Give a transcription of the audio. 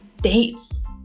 dates